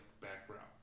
background